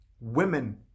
women